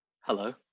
Hello